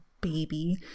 baby